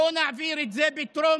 בואו נעביר את זה בטרומית